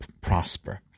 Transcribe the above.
prosper